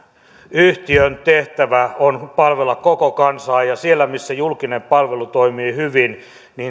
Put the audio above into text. yhtiön tehtävä on palvella koko kansaa ja siellä missä julkinen palvelu toimii hyvin